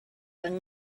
yng